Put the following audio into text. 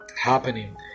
happening